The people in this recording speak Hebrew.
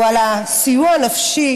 על הסיוע הנפשי